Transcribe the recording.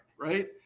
right